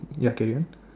ya okay go on